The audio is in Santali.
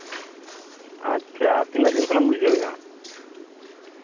ᱟᱪᱪᱷᱟ ᱛᱤᱱᱟᱹᱜ ᱫᱤᱱ ᱠᱷᱮᱢ ᱵᱩᱡᱷᱟᱹᱣ ᱮᱜᱼᱟ